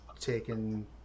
taken